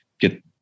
get